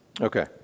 Okay